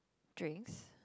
drinks